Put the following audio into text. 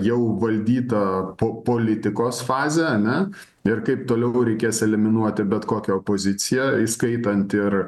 jau valdytą po politikos fazę ane ir kaip toliau reikės eliminuoti bet kokią opoziciją įskaitant ir